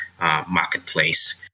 marketplace